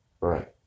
Right